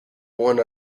born